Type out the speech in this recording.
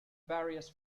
various